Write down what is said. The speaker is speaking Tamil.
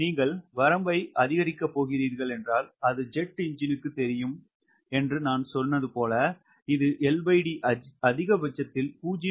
நீங்கள் வரம்பை அதிகரிக்கப் போகிறீர்கள் என்றால் அது ஜெட் என்ஜினுக்குத் தெரியும் என்று நான் சொன்னது போல் இது LD அதிகபட்சத்தில் 0